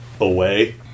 away